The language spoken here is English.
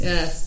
Yes